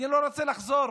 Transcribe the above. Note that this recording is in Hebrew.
אני לא רוצה לחזור